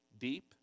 deep